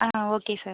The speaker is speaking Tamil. ah okay sir